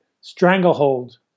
stranglehold